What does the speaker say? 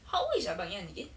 how old is abang yan again